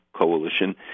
coalition